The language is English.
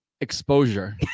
Exposure